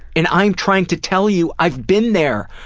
and i'm trying to tell you i've been there.